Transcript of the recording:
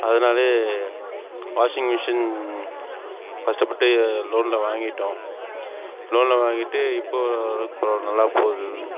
அதனால் washing machine கஷ்டப்பட்டு லோனில் வாங்கிவிட்டோம் லோனில் வாங்கிட்டு இப்போது ஓரளவுக்கு பரவாயில்ல நல்லா போகுது